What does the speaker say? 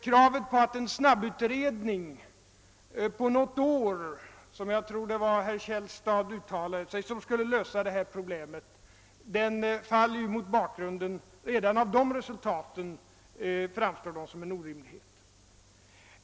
Kravet på att en snabbutredning på något år — som jag tror att herr Källstad uttalade sig — skulle lösa detta problem framstår ju redan mot bakgrund av dessa resultat som en orimlighet.